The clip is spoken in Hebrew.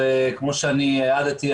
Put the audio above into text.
כמו שהעדתי,